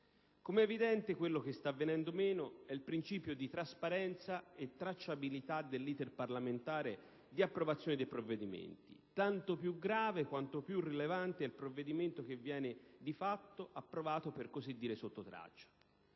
Come è evidente, quello che sta venendo meno è il principio di trasparenza e di tracciabilità dell'*ite*r parlamentare di approvazione dei provvedimenti, tanto più grave quanto più rilevante è il provvedimento che viene di fatto approvato, per così dire, sotto traccia.